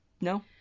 no